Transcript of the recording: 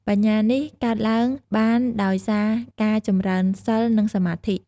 បញ្ញានេះកើតឡើងបានដោយសារការចម្រើនសីល និងសមាធិ។